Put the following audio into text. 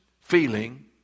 feeling